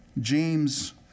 James